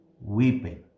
weeping